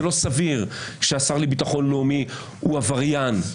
זה לא סביר שהשר לביטחון לאומי הוא עבריין,